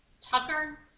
Tucker